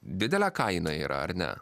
didelė kaina yra ar ne